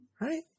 right